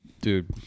Dude